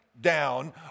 down